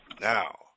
Now